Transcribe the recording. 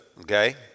Okay